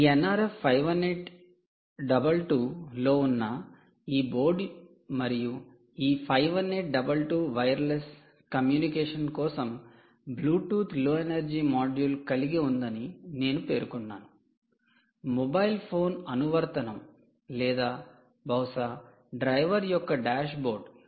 ఈ NRF 51822 లో ఉన్న ఈ బోర్డు మరియు ఈ 51822 వైర్లెస్ కమ్యూనికేషన్ కోసం బ్లూటూత్ లో ఎనర్జీ మాడ్యూల్ కలిగి ఉందని నేను పేర్కొన్నాను మొబైల్ ఫోన్ అనువర్తనం లేదా బహుశా డ్రైవర్ యొక్క డాష్బోర్డ్